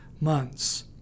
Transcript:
months